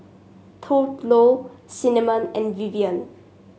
Thurlow Cinnamon and Vivian